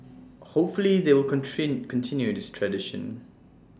hopefully they will continue this tradition